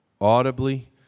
audibly